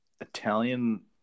Italian